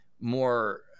more